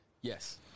Yes